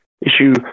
issue